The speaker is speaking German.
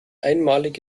einmalig